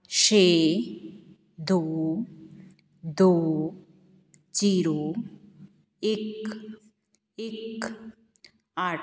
ਛੇ ਦੋ ਦੋ ਜ਼ੀਰੋ ਇੱਕ ਇੱਕ ਅੱਠ